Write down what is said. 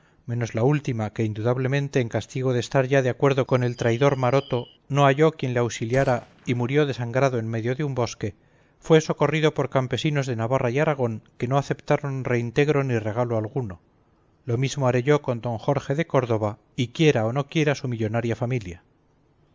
menos la última que indudablemente en castigo de estar ya de acuerdo con el traidor maroto no halló quien le auxiliara y murió desangrado en medio de un bosque fue socorrido por campesinos de navarra y aragón que no aceptaron reintegro ni regalo alguno lo mismo haré yo con don jorge de córdoba y quiera o no quiera su millonaria familia